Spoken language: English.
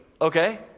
okay